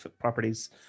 properties